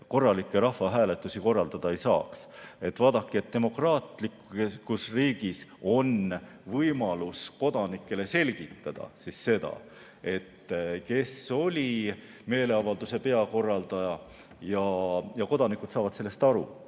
korralikke rahvahääletusi korraldada ei saaks. Vaadake, demokraatlikus riigis on võimalus kodanikele selgitada, kes oli meeleavalduse peakorraldaja, ja kodanikud saavad sellest aru.